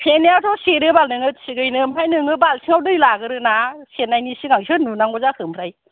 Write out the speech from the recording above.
सेरनायावथ' सेरो बाल नोङो थिगैनो ओमफ्राय नोङो बालथिंयाव दै लागोरो ना सेरनायनि सिगां सोर नुनांगौ जाखो ओमफ्राय